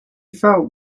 felt